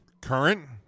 current